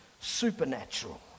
supernatural